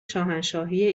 شاهنشاهی